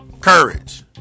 courage